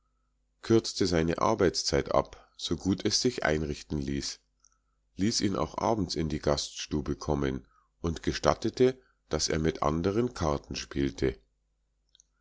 kürzte seine arbeitszeit ab so gut es sich einrichten ließ ließ ihn auch abends in die gaststube kommen und gestattete daß er mit anderen karten spielte